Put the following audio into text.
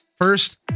First